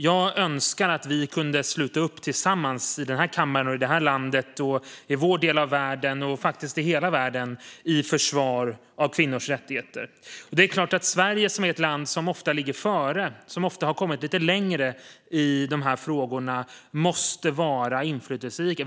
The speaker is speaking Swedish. Jag önskar att vi kunde sluta upp tillsammans i den här kammaren, i det här landet, i vår del av världen och i hela världen till försvar för kvinnors rättigheter. Det är klart att Sverige, som är ett land som ofta ligger före och som ofta har kommit lite längre i de här frågorna, måste vara inflytelserikt.